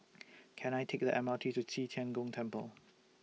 Can I Take The M R T to Qi Tian Gong Temple